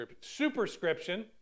superscription